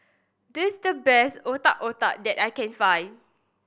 this the best Otak Otak that I can find